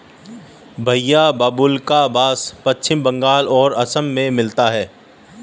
भईया बाबुल्का बास पश्चिम बंगाल और असम में मिलता है